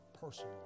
personally